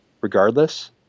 regardless